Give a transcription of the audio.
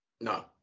No